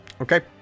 Okay